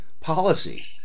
policy